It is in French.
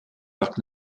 parc